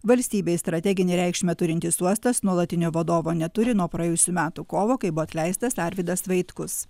valstybei strateginę reikšmę turintis uostas nuolatinio vadovo neturi nuo praėjusių metų kovo kai buvo atleistas arvydas vaitkus